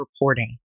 reporting